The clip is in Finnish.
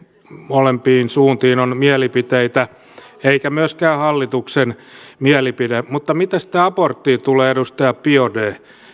molempiin suuntiin on mielipiteitä eikä myöskään hallituksen mielipide mitä sitten aborttiin tulee edustaja biaudet